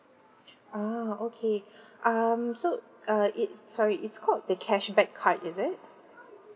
ah okay um so uh it sorry it's called the cashback card is it